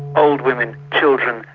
old women, children,